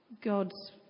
God's